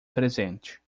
presente